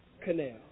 Canal